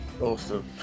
Awesome